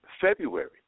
February